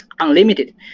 Unlimited